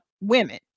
women